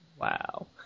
Wow